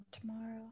tomorrow